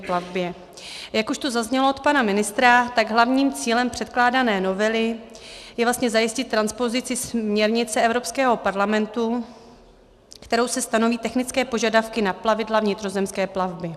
Jak už tu zaznělo od pana ministra, tak hlavním cílem předkládané novely je vlastně zajistit transpozici směrnice Evropského parlamentu, kterou se stanoví technické požadavky na plavidla vnitrozemské plavby.